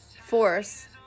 force